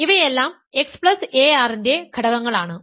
ഇവയെല്ലാം xar ന്റെ ഘടകങ്ങൾ ആണ്